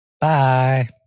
Bye